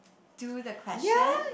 do the question